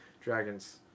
Dragons